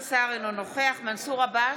אינו נוכח מנסור עבאס,